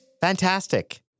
Fantastic